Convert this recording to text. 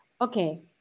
Okay